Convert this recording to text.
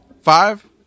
Five